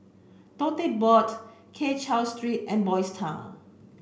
Tote Board Keng Cheow Street and Boys' Town